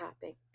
topic